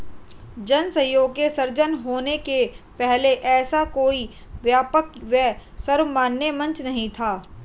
जन सहयोग के सृजन होने के पहले ऐसा कोई व्यापक व सर्वमान्य मंच नहीं था